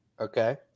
Okay